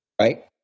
Right